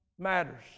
matters